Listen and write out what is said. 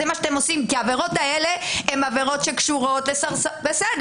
זה מה שאתם עושים כי העבירות האלה הן עבירות שקשורות לסרסרות,